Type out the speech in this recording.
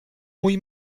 mój